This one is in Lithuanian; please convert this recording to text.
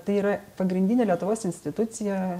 tai yra pagrindinė lietuvos institucija